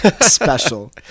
special